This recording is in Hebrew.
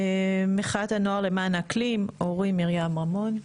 מחאת הנוער למען האקלים, אורי מרים רמון.